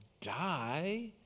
die